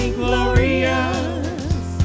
glorious